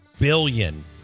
billion